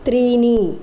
त्रीणि